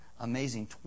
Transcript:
Amazing